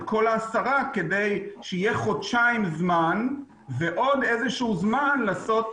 את כל העשרה כדי שיהיה חודשיים זמן ועוד איזה שהוא זמן לעשות